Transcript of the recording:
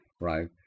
Right